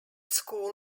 school